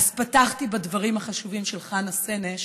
פתחתי בדברים החשובים של חנה סנש,